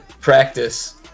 practice